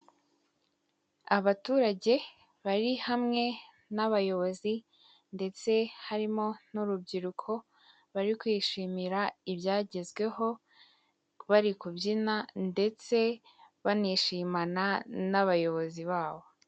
Abaturage bari hamwe n'abayobozi, ndetse harimo n'urubyiruko, bari kwishimira ibyagezweho, bari kubyina ndetse banishimana n'abayobozi babo.